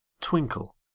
twinkle